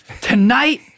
Tonight